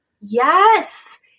Yes